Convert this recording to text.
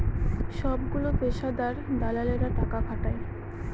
সবগুলো পেশাদার দালালেরা টাকা খাটায়